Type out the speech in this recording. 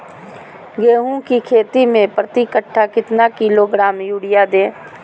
गेंहू की खेती में प्रति कट्ठा कितना किलोग्राम युरिया दे?